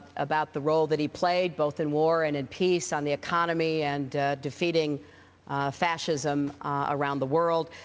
about the role that he played both in war and in peace on the economy and defeating fascism around the world.